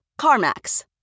CarMax